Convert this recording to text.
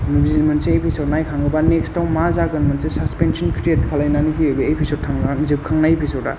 नों जि मोनसे एपिसड नायखाङोबा नेक्स्ट आव मा जागोन मोनसे सासपेन्सन क्रियेट खालायनानै जे बे एपिसड थांखां जोबखांनाय एपिसडआ